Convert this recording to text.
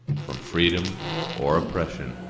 from freedom or oppression,